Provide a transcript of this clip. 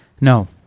No